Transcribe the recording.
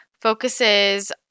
focuses